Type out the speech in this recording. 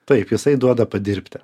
taip jisai duoda padirbti